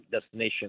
destination